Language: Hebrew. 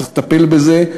צריך לטפל בזה,